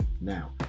now